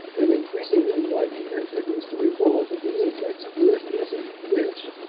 and increasing enlightenment produced a revolt of the apex puritanism which,